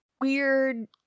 weird